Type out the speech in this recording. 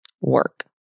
work